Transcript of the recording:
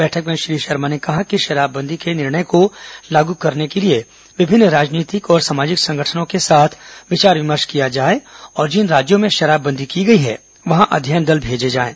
बैठक में श्री शर्मा ने कहा कि शराबबंदी के निर्णय को लागू करने के लिए विभिन्न सामाजिक संगठनों के साथ विचार विमर्श किया जाए और जिन राज्यों में शराबबंदी की गई है वहाँ अध्ययन दल भेंजे जाएं